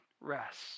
rest